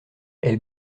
elle